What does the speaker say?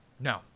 No